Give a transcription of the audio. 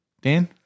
Dan